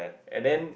and then